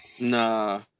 Nah